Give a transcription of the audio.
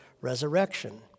resurrection